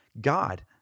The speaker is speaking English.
God